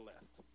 list